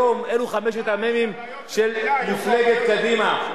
אלה חמשת המ"מים של מפלגת קדימה.